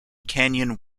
canyon